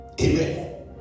Amen